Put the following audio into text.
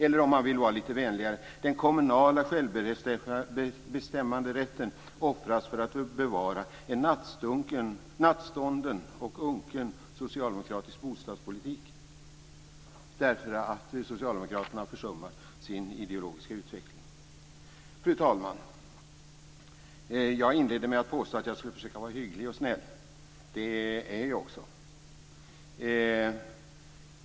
Eller om man vill vara lite vänligare: den kommunala självbestämmanderätten offras för att bevara en nattstånden och unken socialdemokratisk bostadspolitik, därför att socialdemokraterna har försummat sin ideologiska utveckling. Fru talman! Jag inledde med att påstå att jag skulle försöka vara hygglig och snäll. Det är jag också.